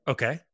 Okay